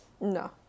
No